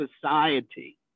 society